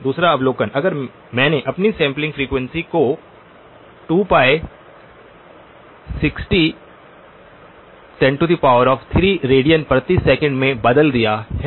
दूसरा अवलोकन अगर मैंने अपनी सैंपलिंग फ्रीक्वेंसी को 2π60103 रेडियन प्रति सेकंड में बदल दिया है